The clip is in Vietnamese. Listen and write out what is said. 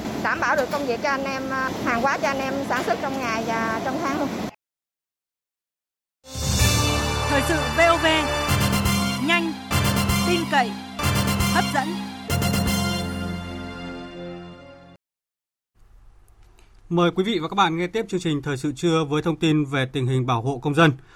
Đảm bảo được công việc cho anh em, hàng hóa cho anh em sản xuất trong ngày và trong tháng luôn. Thời sự VOV, nhanh, tin cậy, hấp dẫn. Mời quý vị và các bạn nghe tiếp chương trình Thời sự trưa với thông tin về tình hình bảo hộ công dân.